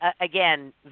again